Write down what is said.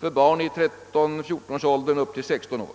när det gäller barn i 13—14-årsåldern och upp till 16 år.